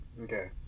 okay